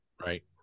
Right